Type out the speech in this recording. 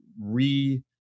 re